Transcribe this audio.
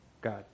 God